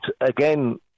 again